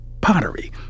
pottery